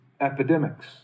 epidemics